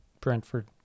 Brentford